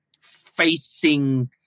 facing